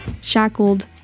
shackled